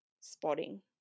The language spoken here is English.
spotting